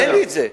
אין לי את זה.